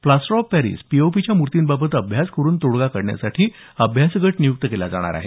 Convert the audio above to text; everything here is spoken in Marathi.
प्लास्टर ऑफ पॅरीस पीओपीच्या मूर्तींबाबत अभ्यास करुन तोडगा काढण्यासाठी अभ्यासगट नियुक्त केला जाणार आहे